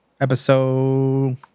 episode